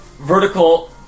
vertical